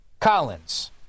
Collins